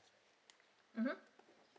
mm hmm